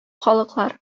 халыклар